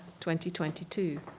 2022